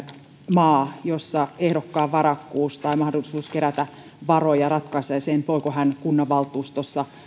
maa jossa ehdokkaan varakkuus tai mahdollisuus kerätä varoja ratkaisee sen voiko hän edustaa maatamme kunnanvaltuustossa